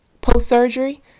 post-surgery